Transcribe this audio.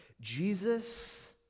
Jesus